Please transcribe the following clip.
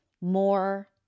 more